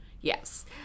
Yes